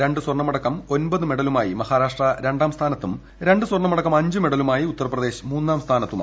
രണ്ട് സ്വർണമടക്കം ഒൻപത് മെഡലുമായി മഹാരാഷ്ട്ര രണ്ടാം സ്ഥാനത്തും രണ്ട് സ്വർണമടക്കം അഞ്ച് മെഡലുമായി ഉത്തർപ്രദേശ് മൂന്നാം സ്ഥാനത്തുമാണ്